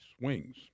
swings